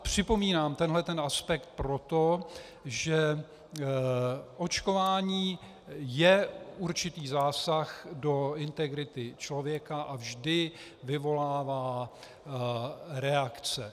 Připomínám tento aspekt proto, že očkování je určitý zásah do integrity člověka a vždy vyvolává reakce.